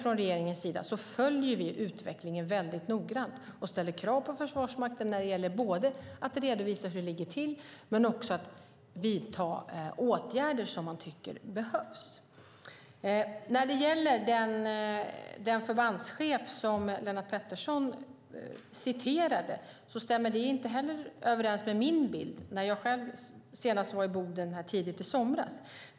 Från regeringens sida följer vi utvecklingen noga och ställer krav på Försvarsmakten när det gäller att redovisa hur det ligger till och att vidta åtgärder som man tycker behövs. Leif Pettersson citerade en förbandschef. Det citatet stämmer inte överens med min bild från när jag var i Boden tidigt i somras.